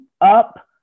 up